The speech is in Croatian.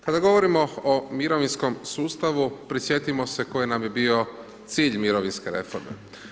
Kada govorimo o mirovinskom sustavu, prisjetimo se koji nam je bio cilj mirovinske reforme.